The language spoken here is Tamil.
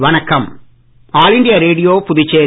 வணக்கம் ஆல் இண்டியா ரேடியோ புதுச்சேரி